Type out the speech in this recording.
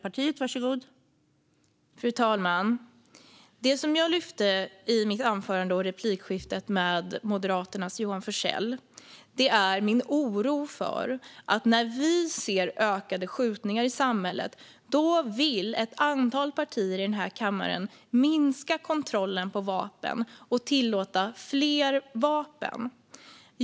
Fru talman! Det som jag lyfte fram i mitt anförande och replikskiftet med Moderaternas Johan Forssell är min oro för att när vi ser ökade skjutningar i samhället vill ett antal partier i kammaren minska kontrollen av vapen och tillåta fler vapen.